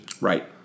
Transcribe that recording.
Right